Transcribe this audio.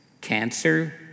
Cancer